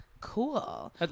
cool